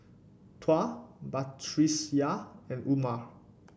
Tuah Batrisya and Umar